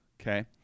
Okay